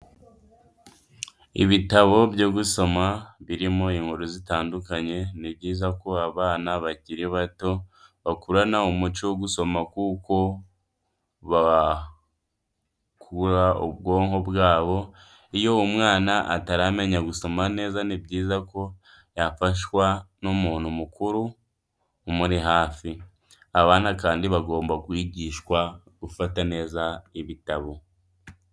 Ibitabo byo gusoma birimo inkuru zitandukanye, ni byiza ko abana bakiri bato bakurana umuco wo gusoma kuko byagura ubwonko bwabo iyo umwana ataramenya gusoma neza ni byiza ko yafashwa n'umuntu mukuru umuri hafi. Abana kandi bagomba kwigishwa gufata neza ibitabo.